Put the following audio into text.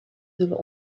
zullen